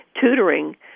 tutoring